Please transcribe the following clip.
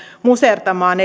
musertamaan